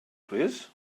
plîs